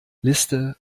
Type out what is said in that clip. liste